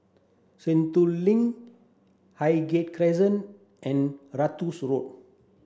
Sentul Link Highgate Crescent and Road